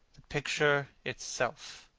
the picture itself